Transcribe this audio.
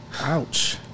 Ouch